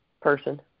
person